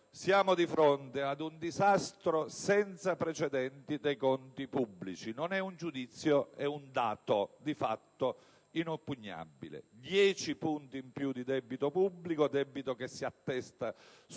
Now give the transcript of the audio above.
siamo di fronte ad un disastro senza precedenti dei conti pubblici. Non è un giudizio: è un dato di fatto inoppugnabile. Vi sono 10 punti in più di debito pubblico, debito che si attesta intorno al